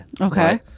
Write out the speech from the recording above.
Okay